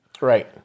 right